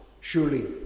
Surely